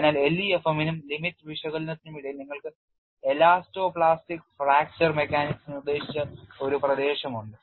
അതിനാൽ LEFM നും limit വിശകലനത്തിനുമിടയിൽ നിങ്ങൾക്ക് എലാസ്റ്റോ പ്ലാസ്റ്റിക് ഫ്രാക്ചർ മെക്കാനിക്സ് നിർദ്ദേശിച്ച ഒരു പ്രദേശമുണ്ട്